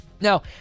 Now